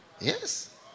Yes